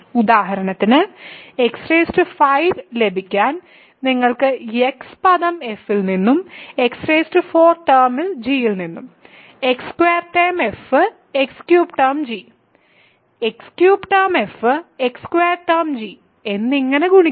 ഉദാഹരണത്തിന് x5 ലഭിക്കാൻ നിങ്ങൾക്ക് x പദം f ഇൽ നിന്നും x4 ടേമിൽ g x2 term f x3 term g x3 term f x2 term g എന്നിങ്ങനെ ഗുണിക്കാം